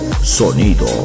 sonido